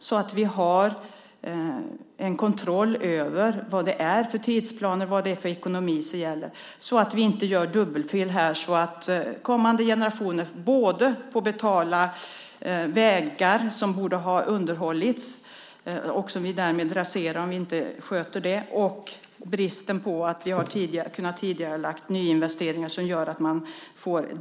Vi behöver ha kontroll över vad det är för tidsplaner och ekonomi som gäller, så att vi inte gör dubbelfel som innebär att kommande generationer får betala dubbelt för vägar som inte har underhållits och riskerar att rasera om vi inte sköter dem och för bristen på tidigareläggning av nyinvesteringar.